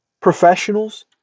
professionals